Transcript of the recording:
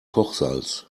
kochsalz